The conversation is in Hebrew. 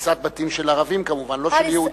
הריסת בתים של ערבים, כמובן, לא של יהודים.